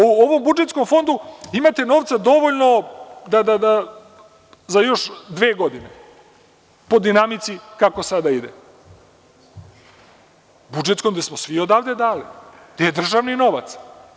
U ovom budžetskom fondu imate novca dovoljno za još dve godine po dinamici kako sada ide, budžetskom, gde smo svi odavde dali, državni novac.